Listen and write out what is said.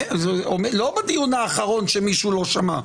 לא בדיון האחרון, שמישהו לא שמע: